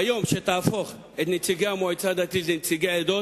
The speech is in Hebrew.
ביום שתהפוך את נציגי המועצה הדתית לנציגי עדות,